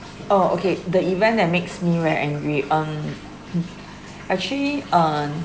oh okay the event that makes me very angry um actually uh